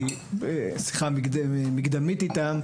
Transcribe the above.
כי משיחה מקדמית איתם,